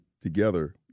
together